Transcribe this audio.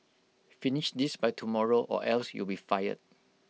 finish this by tomorrow or else you'll be fired